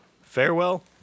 Farewell